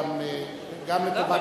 גם לטובת,